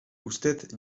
usted